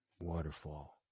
waterfall